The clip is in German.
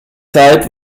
zeit